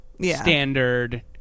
standard